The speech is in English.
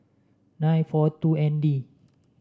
nine four two N D